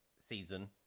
season